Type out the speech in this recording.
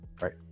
right